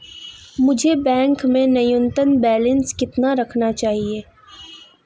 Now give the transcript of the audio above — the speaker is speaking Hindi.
मुझे बैंक में न्यूनतम बैलेंस कितना रखना चाहिए?